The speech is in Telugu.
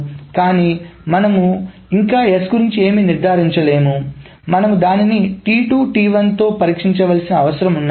కానీ మనము ఇంకా S గురించి ఏమి నిర్ధారించలేము మనము దానిని తోపరీక్షించాల్సిన అవసరం ఉంది